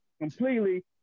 completely